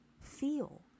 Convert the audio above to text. feel